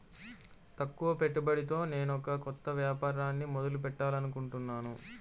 తక్కువ పెట్టుబడితో నేనొక కొత్త వ్యాపారాన్ని మొదలు పెట్టాలనుకుంటున్నాను